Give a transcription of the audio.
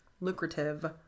lucrative